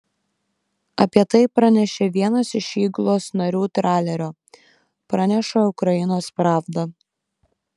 apie tai pranešė vienas iš įgulos narių tralerio praneša ukrainos pravda